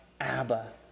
Abba